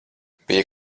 bija